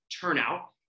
turnout